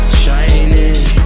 shining